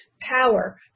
Power